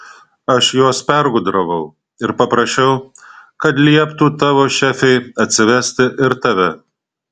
aš juos pergudravau ir paprašiau kad lieptų tavo šefei atsivesti ir tave